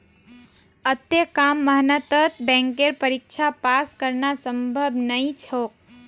अत्ते कम मेहनतत बैंकेर परीक्षा पास करना संभव नई छोक